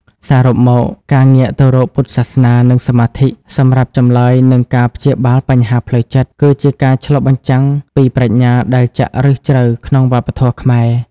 សរុបមក ការងាកទៅរកពុទ្ធសាសនា និងសមាធិ សម្រាប់ចម្លើយនិងការព្យាបាលបញ្ហាផ្លូវចិត្ត គឺជាការឆ្លុះបញ្ចាំងពីប្រាជ្ញាដែលចាក់ឫសជ្រៅក្នុងវប្បធម៌ខ្មែរ។